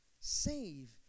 Save